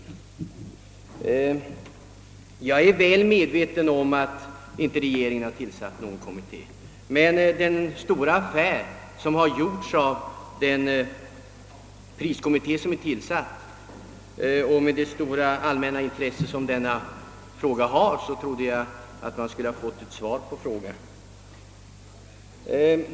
Jag är väl medveten om att regeringen inte har tillsatt någon kommitté, men med hänsyn till att det har gjorts så stor affär av denna priskommitté och med tanke på det stora allmänna intresset för denna fråga trodde jag dock att jag skulle ha kunnat få ett svar på min fråga.